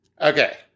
Okay